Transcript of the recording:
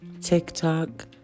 TikTok